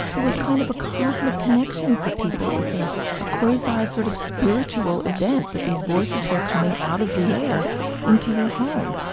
there was kind of a cosmic connection for people. it was ah a quasi, sort of spiritual event that these voices were coming out of the air into your home